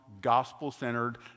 gospel-centered